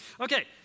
Okay